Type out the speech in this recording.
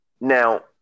Now